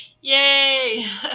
Yay